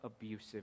abusive